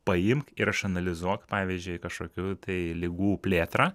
paimk ir išanalizuok pavyzdžiui kažkokių tai ligų plėtrą